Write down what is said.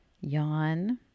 Yawn